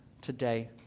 today